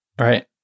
right